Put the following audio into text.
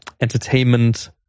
entertainment